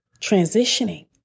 transitioning